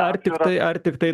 ar tikrai ar tiktai